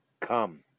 Come